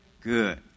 Good